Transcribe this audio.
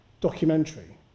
documentary